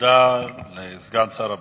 תודה לסגן שר הבריאות.